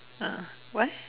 ah where